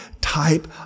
type